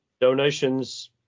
donations